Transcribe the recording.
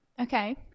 Okay